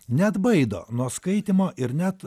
neatbaido nuo skaitymo ir net